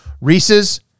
Reese's